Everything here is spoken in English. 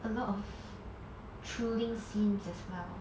a lot of thrilling scenes as well